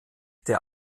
der